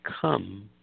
come